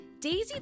Daisy